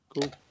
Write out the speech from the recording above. Cool